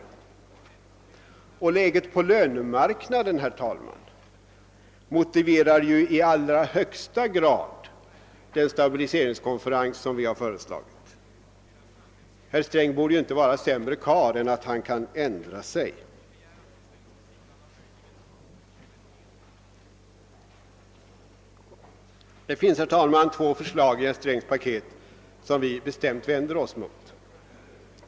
Läget på lönemarknaden motiverar ju i allra högsta grad tillkomsten av den stabiliseringskonferens som vi har föreslagit. Herr Sträng borde inte vara sämre karl än att han kan ändra sig. Det finns i herr Strängs paket två förslag som vi vänder oss bestämt emot.